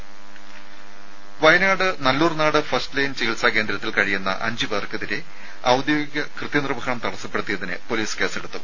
രുമ വയനാട് നല്ലൂർനാട് ഫസ്റ്റ്ലൈൻ ചികിത്സാ കേന്ദ്രത്തിൽ കഴിയുന്ന അഞ്ച് പേർക്കെതിരെ ഔദ്യോഗിക കൃത്യനിർവ്വഹണം തടസ്സപ്പെടുത്തിയതിന് പൊലീസ് കേസെടുത്തു